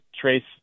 Trace